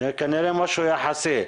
כנראה משהו יחסי.